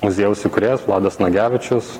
muziejaus įkūrėjas vladas nagevičius